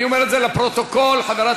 אני אומר את זה לפרוטוקול: גם חברת